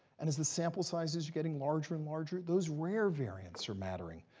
and as the sample sizes are getting larger and larger, those rare variants are mattering.